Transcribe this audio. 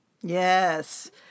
Yes